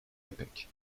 epic